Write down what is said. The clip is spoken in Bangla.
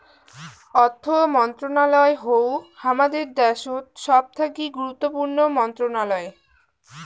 অর্থ মন্ত্রণালয় হউ হামাদের দ্যাশোত সবথাকি গুরুত্বপূর্ণ মন্ত্রণালয়